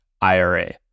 IRA